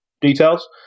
details